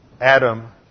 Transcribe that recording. Adam